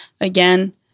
again